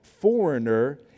foreigner